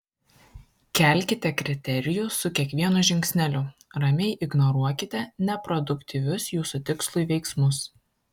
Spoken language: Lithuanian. kelkite kriterijų su kiekvienu žingsneliu ramiai ignoruokite neproduktyvius jūsų tikslui veiksmus